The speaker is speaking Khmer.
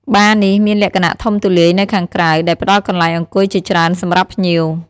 បារនេះមាន លក្ខណៈធំទូលាយនៅខាងក្រៅ ដែលផ្ដល់កន្លែងអង្គុយជាច្រើនសម្រាប់ភ្ញៀវ។